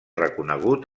reconegut